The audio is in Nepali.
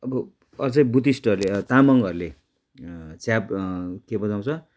अब अझै बुद्धिस्टहरूले तामाङहरूले च्याब के बजाउँछ